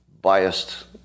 biased